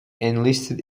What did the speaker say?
enlisted